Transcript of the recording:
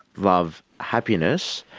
love, happiness.